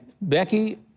Becky